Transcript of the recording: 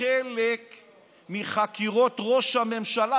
חלק מחקירות ראש הממשלה,